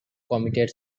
committed